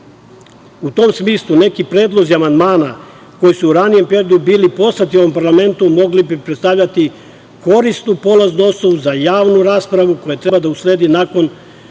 tom smislu neki predlozi amandmana koji su u ranijem periodu bili poslati ovom parlamentu, mogli bi predstavljati korisnu polaznu osnovu za javnu raspravu koja treba da usledi nakon